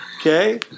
Okay